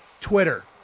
Twitter